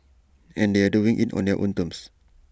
and they are doing IT on their own terms